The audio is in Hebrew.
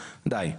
די.